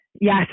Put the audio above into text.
yes